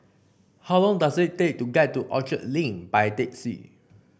how long does it take to get to Orchard Link by taxi